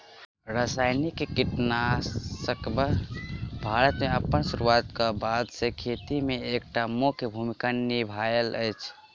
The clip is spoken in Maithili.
रासायनिक कीटनासकसब भारत मे अप्पन सुरुआत क बाद सँ खेती मे एक टा मुख्य भूमिका निभायल अछि